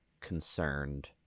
concerned